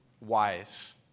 wise